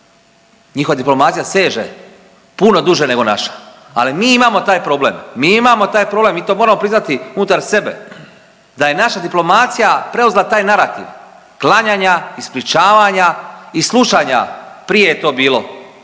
Njihova diplomacija seže puno duže nego naša, ali mi imamo taj problem, mi imamo taj problem mi to moramo priznati unutar sebe da je naša diplomacija preuzela taj narativ klanjanja, isključavanja i slušanja, prije je to bilo